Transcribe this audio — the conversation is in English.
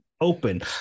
open